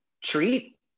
treat